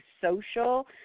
social